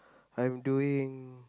I'm doing